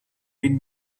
been